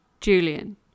Julian